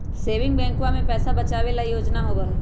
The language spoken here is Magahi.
सेविंग बैंकवा में पैसा बचावे ला योजना होबा हई